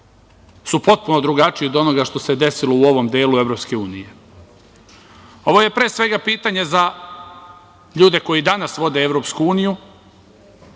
su potpuno drugačiji od onoga što se desilo u ovom delu EU.Ovo je pre svega pitanje za ljude koji danas vode EU,